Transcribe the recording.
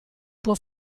può